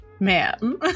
Ma'am